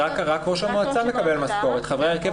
רק ראש המועצה מקבל משכורת.